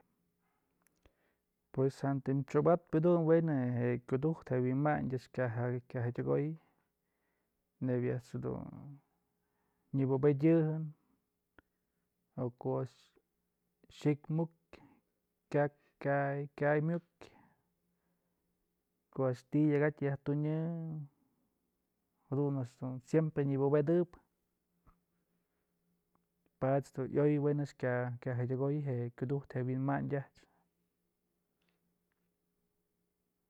Pues jantë chyobad jedun we'en je'e kyuduj je'e wynmayn a'ax ka ja kya jadyëkoy neyb a'ax jedun nyëbubëdyëjnë o ko'o a'ax xi'ik mukyë kak ka kyamyuk ko'o a'ax ti'i yak jatyë yaj tunyë jadun a'ax dun siempren nyëbubedëp payt's dun yoyë we'en ka kya jadyëkoy je'e kyudujtë je'e wi'inmayn a'ax.